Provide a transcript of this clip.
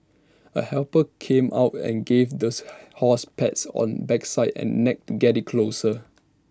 A helper came out and gave this horse pats on backside and neck get IT closer